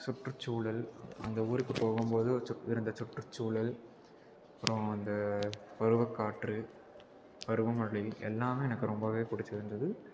சுற்றுச்சுழல் அந்த ஊருக்கு போகும்போது சு இருந்த சுற்றுச்சுழல் அப்பறம் அந்த பருவக்காற்று பருவ மழை எல்லாமே எனக்கு ரொம்பவே பிடிச்சிருந்தது